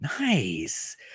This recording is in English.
Nice